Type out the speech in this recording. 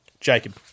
Jacob